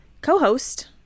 co-host